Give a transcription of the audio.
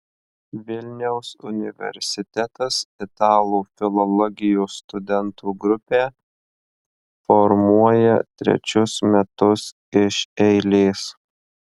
vilniaus universitetas italų filologijos studentų grupę formuoja trečius metus iš eilės